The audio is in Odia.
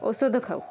ଔଷଧ ଖାଉ